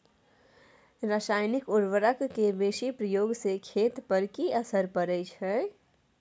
रसायनिक उर्वरक के बेसी प्रयोग से खेत पर की असर परै छै?